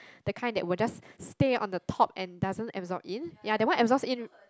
the kinds that would just stay on the top and doesn't absorb in ya that one absorb in